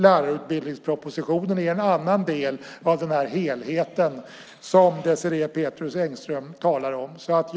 En annan del av den helhet som Désirée Pethrus Engström talar om är lärarutbildningspropositionen.